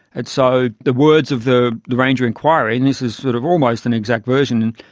and so the words of the the ranger inquiry, and this is sort of almost an exact version,